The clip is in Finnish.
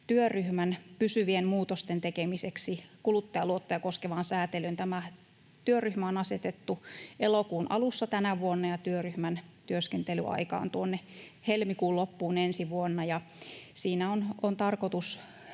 työryhmän pysyvien muutosten tekemiseksi kuluttajaluottoja koskevaan sääntelyyn. Tämä työryhmä on asetettu elokuun alussa tänä vuonna, ja työryhmän työskentelyaika on tuonne helmikuun loppuun ensi vuonna. Siinä on tarkoitus